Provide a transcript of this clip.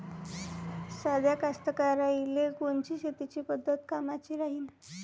साध्या कास्तकाराइले कोनची शेतीची पद्धत कामाची राहीन?